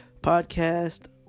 Podcast